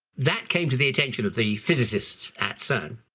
that came to the attention of the physicists at cern,